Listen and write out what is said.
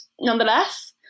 nonetheless